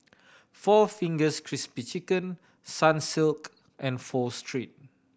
four Fingers Crispy Chicken Sunsilk and Pho Street